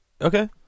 Okay